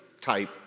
type